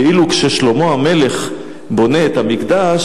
ואילו כששלמה המלך בונה את המקדש,